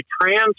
trans